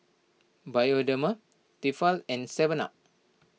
Bioderma Tefal and Seven Up